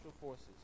forces